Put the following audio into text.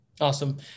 Awesome